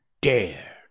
dare